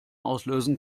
auslösen